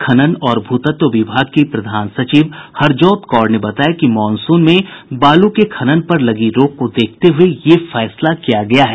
खनन और भू तत्व विभाग की प्रधान सचिव हरजोत कौर ने बताया कि मॉनसून में बालू के खनन पर लगी रोक को देखते हुये यह फैसला किया गया है